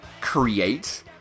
create